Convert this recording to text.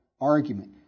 argument